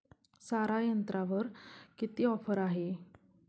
सारा यंत्रावर किती ऑफर आहे?